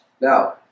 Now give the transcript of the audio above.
Now